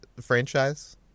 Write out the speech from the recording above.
franchise